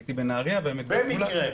הייתי בנהריה ובהעמק בעפולה, במקרה.